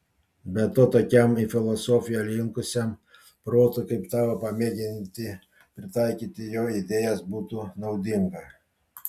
be to tokiam į filosofiją linkusiam protui kaip tavo pamėginti pritaikyti jo idėjas būtų naudinga